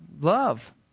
love